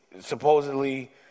supposedly